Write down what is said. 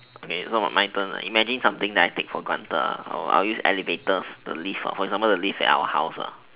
okay so my turn imagine something that I take for granted imagine I'll use the elevator the lift example imagine the lift at our house